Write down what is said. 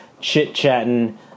chit-chatting